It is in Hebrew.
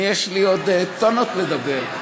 אני, יש לי עוד טונות לדבר.